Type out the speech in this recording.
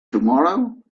tomorrow